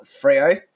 Frio